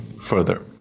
further